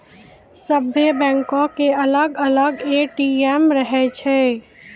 सभ्भे बैंको के अलग अलग ए.टी.एम रहै छै